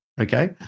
okay